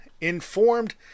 informed